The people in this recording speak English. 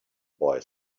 boy